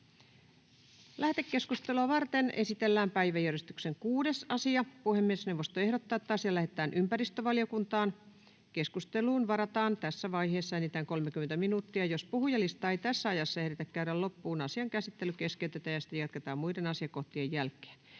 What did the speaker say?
Lähetekeskustelua varten esitellään päiväjärjestyksen 6. asia. Puhemiesneuvosto ehdottaa, että asia lähetetään ympäristövaliokuntaan. Keskusteluun varataan tässä vaiheessa enintään 30 minuuttia. Jos puhujalistaa ei tässä ajassa ehditä käydä loppuun, asian käsittely keskeytetään ja sitä jatketaan muiden asiakohtien jälkeen.